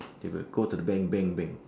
they will go to the bank bank bank